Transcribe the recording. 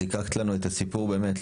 זיקקת לנו את הסיפור באמת,